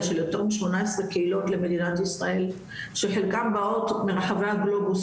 של אותם 18 קהילות למדינת ישראל שחלקם באות מרחבי הגלובוס